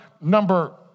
number